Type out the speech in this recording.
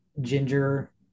ginger